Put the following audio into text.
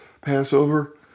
Passover